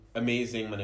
amazing